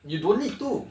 you don't need to